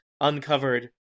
uncovered